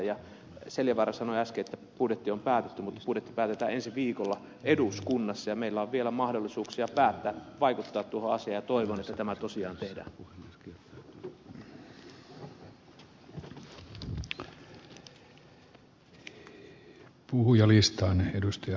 asko seljavaara sanoi äsken että budjetti on päätetty mutta budjetti päätetään ensi viikolla eduskunnassa ja meillä on vielä mahdollisuuksia vaikuttaa tuohon asiaan ja toivon että tämä tosiaan tehdään